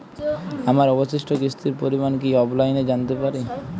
আমার অবশিষ্ট কিস্তির পরিমাণ কি অফলাইনে জানতে পারি?